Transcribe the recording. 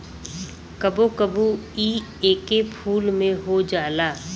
कबो कबो इ एके फूल में हो जाला